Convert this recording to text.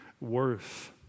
worth